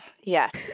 Yes